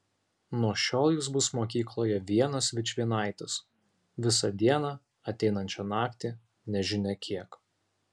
nuo šiol jis bus mokykloje vienas vičvienaitis visą dieną ateinančią naktį nežinia kiek